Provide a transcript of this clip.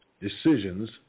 decisions